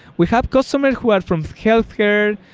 we have customers who are from healthcare,